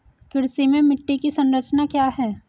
कृषि में मिट्टी की संरचना क्या है?